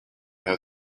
have